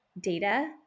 data